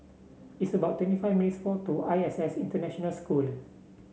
it's about twenty five minutes' walk to I S S International School